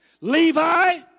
Levi